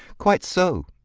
quite so.